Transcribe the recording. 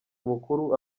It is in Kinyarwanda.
mukuru